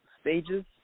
stages